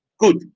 good